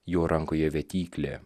jo rankoje vėtyklė